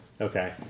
Okay